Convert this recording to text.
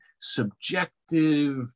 subjective